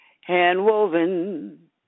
Hand-woven